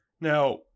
Now